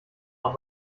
auch